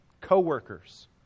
co-workers